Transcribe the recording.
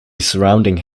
surrounding